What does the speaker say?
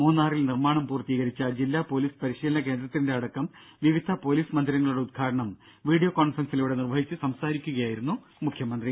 മൂന്നാറിൽ നിർമ്മാണം പൂർത്തീകരിച്ച ജില്ലാ പൊലീസ് പരിശീലന കേന്ദ്രത്തിന്റെതടക്കം വിവിധ പൊലീസ് മന്ദിരങ്ങളുടെ ഉദ്ഘാടനം വീഡിയോ കോൺഫറൻസിലൂടെ നിർവഹിച്ച് സംസാരിക്കുകയായിരുന്നു മുഖ്യമന്ത്രി